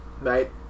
Right